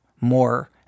more